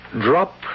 Drop